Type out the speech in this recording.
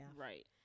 Right